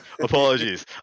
Apologies